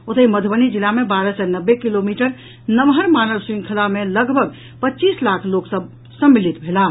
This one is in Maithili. ओतहि मध्रबनी जिला मे बारह सय नब्बे किलोमीटर नम्हर मानव श्रंखला मे लगभग पच्चीस लाख लोक सभ सम्मिलित भेलाह